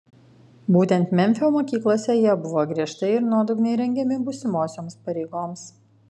būtent memfio mokyklose jie buvo griežtai ir nuodugniai rengiami būsimosioms pareigoms